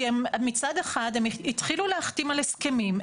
כי מצד אחד הם התחילו להחתים על הסכמים,